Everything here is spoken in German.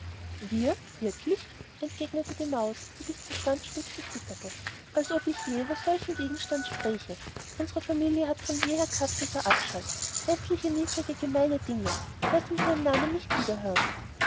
wir wirklich entgegnete die maus die bis zur schwanzspitze zitterte als ob ich je über solchen gegenstand spräche unsere familie hat von jeher katzen verabscheut häßliche niedrige gemeine dinger laß mich ihren namen nicht